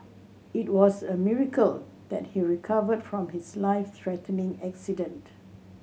it was a miracle that he recovered from his life threatening accident